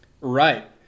Right